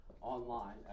online